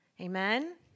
Amen